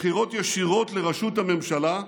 לבחירות ישירות לראשות הממשלה,